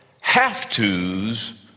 have-tos